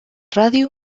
ràdio